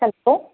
hello